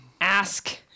ask